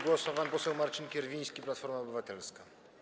Głos ma pan poseł Marcin Kierwiński, Platforma Obywatelska.